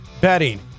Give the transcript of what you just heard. betting